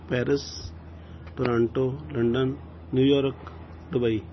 Paris Toronto landon New York Dubai